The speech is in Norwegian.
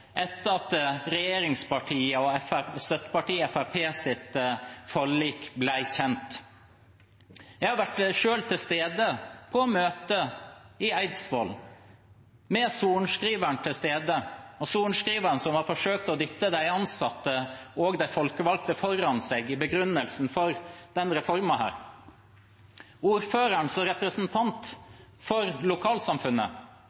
etter at regjeringspartienes og støttepartiet Fremskrittspartiets forlik ble kjent. Jeg har selv vært til stede på møte i Eidsvoll med sorenskriveren til stede, sorenskriveren som har forsøkt å dytte de ansatte og de folkevalgte foran seg i begrunnelsen for denne reformen. Ordføreren som